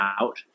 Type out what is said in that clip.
out